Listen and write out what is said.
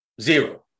Zero